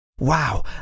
Wow